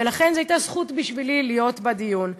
ולכן זו הייתה זכות בשבילי להיות בדיון.